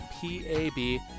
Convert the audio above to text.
p-a-b